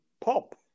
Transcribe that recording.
pop